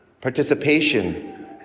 Participation